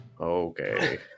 Okay